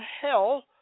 hell